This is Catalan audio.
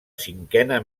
cinquena